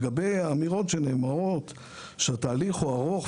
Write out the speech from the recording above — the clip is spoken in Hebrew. לגבי האמירות שנאמרות על כך שהתהליך הוא ארוך,